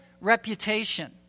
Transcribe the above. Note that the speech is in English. reputation